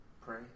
pray